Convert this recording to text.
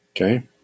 Okay